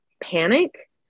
panic